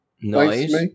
Nice